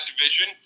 division